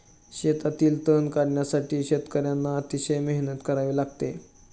शेतातील तण काढण्यासाठी शेतकर्यांना अतिशय मेहनत करावी लागते